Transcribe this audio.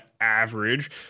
average